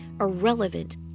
irrelevant